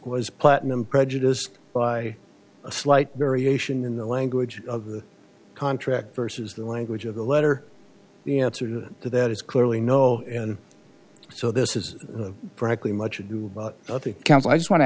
platinum prejudiced by a slight variation in the language of the contract versus the language of the letter the answer to that is clearly no and so this is the privately much ado about the council i just want to